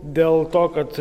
dėl to kad